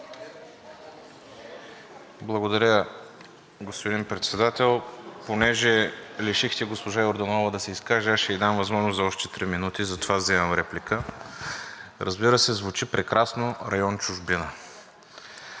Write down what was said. Благодаря, господин Председател. Понеже лишихте госпожа Йорданова да се изкаже, аз ще й дам възможност за още три минути, затова вземам реплика. Разбира се, звучи прекрасно район „Чужбина“,